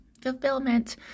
fulfillment